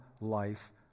life